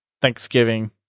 Thanksgiving